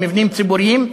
למבנים ציבוריים,